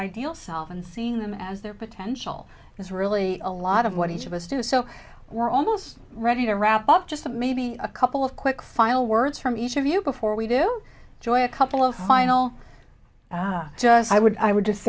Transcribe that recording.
ideal self and seeing them as their potential is really a lot of what each of us do so we're almost ready to wrap up just maybe a couple of quick final words from each of you before we do joy a couple of final just i would i would just